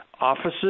offices